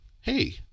hey